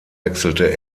wechselte